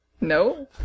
No